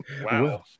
Wow